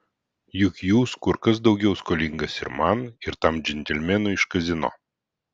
juk jūs kur kas daugiau skolingas ir man ir tam džentelmenui iš kazino